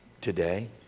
today